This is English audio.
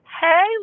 hey